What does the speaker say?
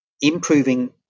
improving